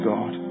God